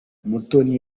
mutoni